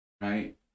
right